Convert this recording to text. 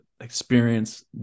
experience